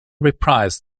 reprised